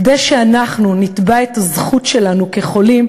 כדי שאנחנו נתבע את הזכות שלנו כחולים,